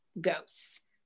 ghosts